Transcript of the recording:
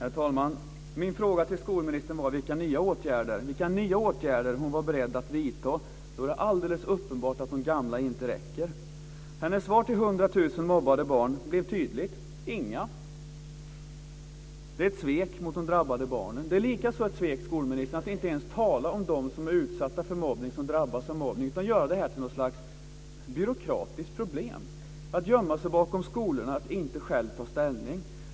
Herr talman! Min fråga till skolministern var vilka nya åtgärder hon var beredd att vidta, då det är alldeles uppenbart att de gamla inte räcker. Hennes svar till 100 000 mobbade barn blev tydligt: inga. Det är ett svek mot de drabbade barnen. Det är likaså ett svek, skolministern, att inte ens tala om dem som drabbas av mobbning utan göra det här till något slags byråkratiskt problem, att gömma sig bakom skolorna och inte själv ta ställning.